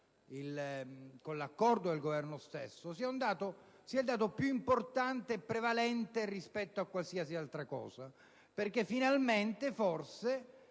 con l'accordo del Governo stesso - sia più importante e prevalente rispetto a qualsiasi altra cosa, perché forse